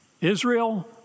Israel